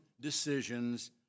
decisions